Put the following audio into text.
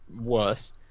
worse